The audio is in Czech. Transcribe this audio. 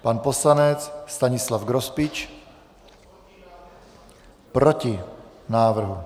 Pan poslanec Stanislav Grospič: Proti návrhu.